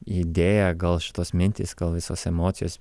idėja gal šitos mintys gal visos emocijos